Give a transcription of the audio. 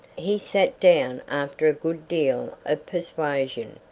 he sat down after a good deal of persuasion,